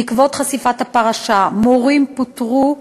בעקבות חשיפת הפרשה מורים פוטרו,